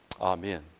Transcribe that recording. Amen